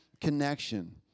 connection